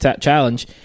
challenge